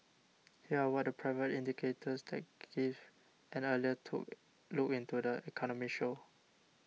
here are what the private indicators that give an earlier to look into the economy show